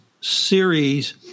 series